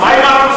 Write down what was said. מה עם הרמזור?